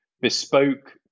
bespoke